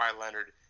Leonard